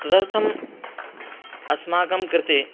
तदर्थम् अस्माकं कृते